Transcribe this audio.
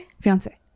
Fiance